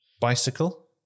bicycle